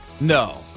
No